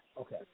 Okay